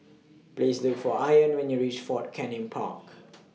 Please Look For Ione when YOU REACH Fort Canning Park